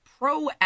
proactive